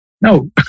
no